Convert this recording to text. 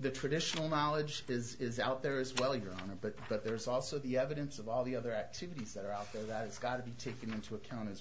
the traditional knowledge is out there is well your honor but but there's also the evidence of all the other activities that are out there that it's got to be taken into account as